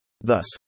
Thus